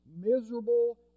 miserable